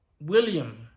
William